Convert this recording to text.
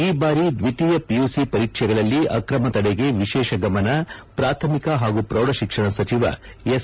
ಈ ವಾಲಿ ದ್ವಿತೀಯ ಪಿಯುನಿ ಪರೀಕ್ಷಗಳಲ್ಲಿ ಅಕ್ರಮ ತಡೆಗೆ ವಿಶೇಷ ಗಮನ ಪ್ರಾಥಮಿಕ ಹಾಗೂ ಪ್ರೌಢಶಿಕ್ಷಣ ಸಚಿವ ಎಸ್